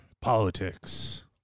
politics